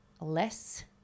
less